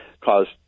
caused